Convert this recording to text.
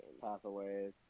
Pathways